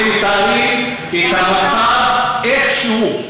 והם מתארים את המצב איך שהוא,